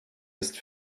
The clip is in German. ist